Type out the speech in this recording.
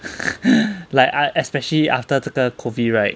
like ah especially after 这个 COVID right